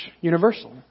universal